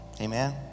Amen